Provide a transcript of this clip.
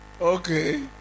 Okay